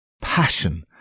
passion